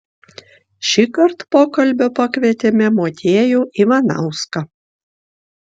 šįkart pokalbio pakvietėme motiejų ivanauską